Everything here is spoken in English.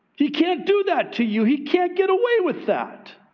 he can't do that to you. he can't get away with that.